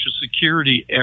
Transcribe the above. security